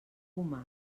humà